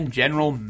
general